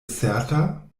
certa